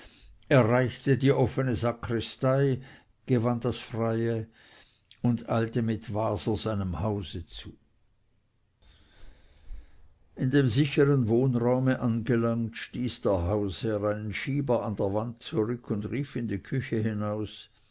erreichte die offene sakristei gewann das freie und eilte mit waser seinem hause zu in dem sichern wohnraume angelangt stieß der hausherr einen schieber an der wand zurück und rief in die küche hinaus